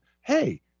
Hey